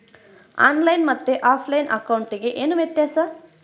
On line ಮತ್ತೆ offline ಅಕೌಂಟಿಗೆ ಏನು ವ್ಯತ್ಯಾಸ?